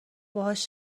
باهاش